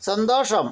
സന്തോഷം